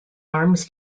arms